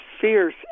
fierce